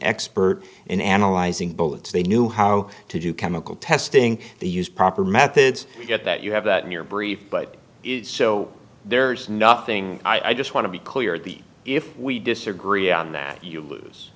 expert in analyzing bullets they knew how to do chemical testing they use proper methods you get that you have that in your brief but so there is nothing i just want to be clear the if we disagree on that you lose